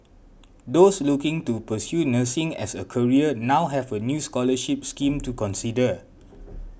those looking to pursue nursing as a career now have a new scholarship scheme to consider